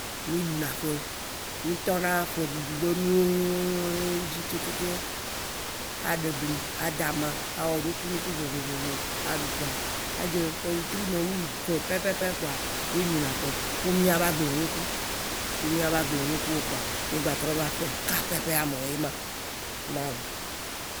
mi ɖuna ƒe. Mi tɔna ƒeɖuɖu be nuwooo dzi kekeke. a ɖe bli. a da ma, awɔ nuku nuku vovovvo a ɖu kpoa. a dzé ƒe wétri mewive me pɛpɛpɛ kpoa, mi ɖuna ƒe ku mia be agblénuku, ku mia be agblénukuwo kpoa, mi gba trɔva Ď ɖeka pɛpɛa me yé wã.